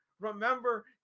remember